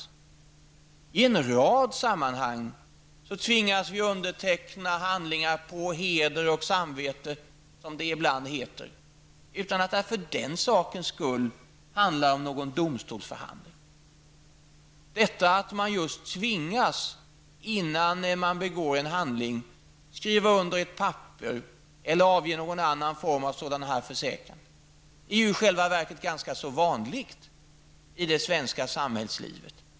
Vi tvingas i en rad sammanhang att underteckna handlingar på heder och samvete, som det ibland heter, utan att det för den sakens skull är fråga om en domstolsförhandling. Detta att man innan man begår en handling tvingas att skriva under ett papper eller avge någon annan form av försäkran, är i själva verket ganska vanligt i det svenska samhällslivet.